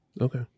Okay